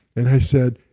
and i said,